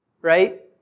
Right